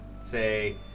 say